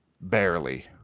Barely